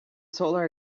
solar